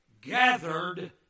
gathered